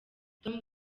tom